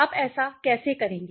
आप ऐसा कैसे करेंगे